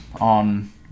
on